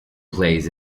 plays